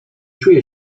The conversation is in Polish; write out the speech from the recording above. czuje